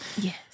Yes